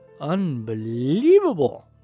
unbelievable